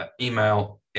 email